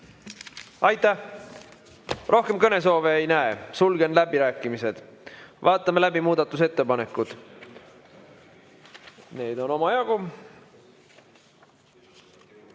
Aitäh! Rohkem kõnesoove ei näe, sulgen läbirääkimised. Vaatame läbi muudatusettepanekud. Neid on omajagu